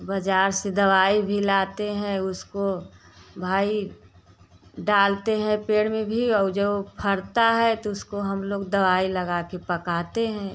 बाजार से दवाई भी लाते हैं उसको भाई डालते हैं पेड़ में भी और जो फरता है तो उसको हम लोग दवाई लगा के पकाते हैं